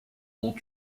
ont